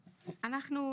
בסדר,